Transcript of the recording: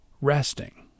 resting